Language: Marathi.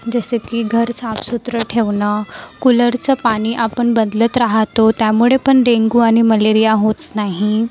जसं की घर साफसुदरं ठेवणं कूलरचं पाणी आपण बदलत राहतो त्यामुळे पण डेंगू आणि मलेरिया होत नाही